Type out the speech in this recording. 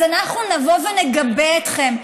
אז נבוא ונגבה אתכם.